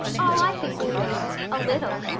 oh, i think we will. a little,